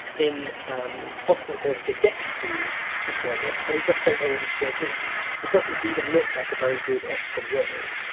in um oscan it says! the debt-free of horennius. and we just don't know what this word means. it doesn't even look like a very good oscan word.